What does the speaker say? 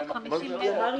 350 מטר.